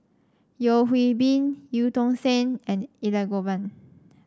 Yeo Hwee Bin Eu Tong Sen and Elangovan